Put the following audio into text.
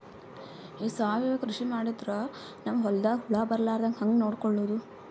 ಈ ಸಾವಯವ ಕೃಷಿ ಮಾಡದ್ರ ನಮ್ ಹೊಲ್ದಾಗ ಹುಳ ಬರಲಾರದ ಹಂಗ್ ನೋಡಿಕೊಳ್ಳುವುದ?